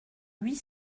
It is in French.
huit